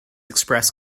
express